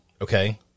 Okay